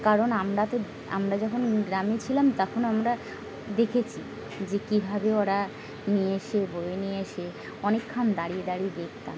কারণ আমরা তো আমরা যখন গ্রামে ছিলাম তখন আমরা দেখেছি যে কীভাবে ওরা নিয়ে এসে বয়ে নিয়ে এসে অনেকক্ষণ দাঁড়িয়ে দাঁড়িয়ে দেখতাম